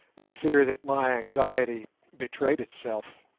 and fear that my anxiety betrayed itself.